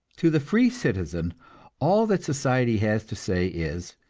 to the free citizen all that society has to say is,